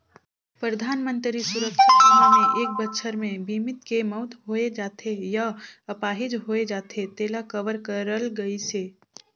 परधानमंतरी सुरक्छा बीमा मे एक बछर मे बीमित के मउत होय जाथे य आपाहिज होए जाथे तेला कवर करल गइसे